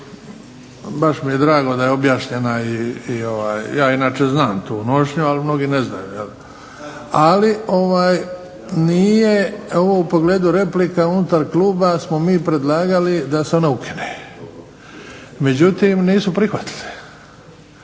baš mi je drago da je objašnjena ova, ja inače znam tu nošnju, ali mnogi ne znaju ali nije ovo u pogledu replika unutar kluba smo mi predlagali da se ona ukine, međutim, nisu prihvatili